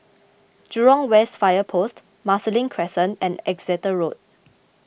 Jurong West Fire Post Marsiling Crescent and Exeter Road